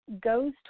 goes